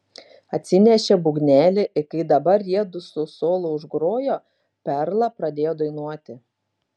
atsinešė būgnelį ir kai dabar jiedu su solo užgrojo perla pradėjo dainuoti